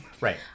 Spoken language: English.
Right